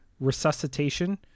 resuscitation